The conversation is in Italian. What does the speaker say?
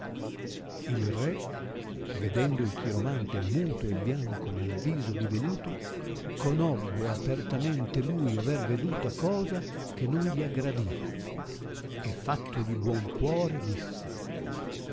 il re vedendo il chiromante muto e bianco nel viso divenuto conobbe apertamente lui aver veduta cosa che non gli aggradiva e fattogli buon cuore disse